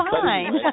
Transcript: fine